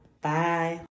Bye